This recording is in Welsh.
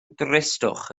dristwch